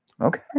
Okay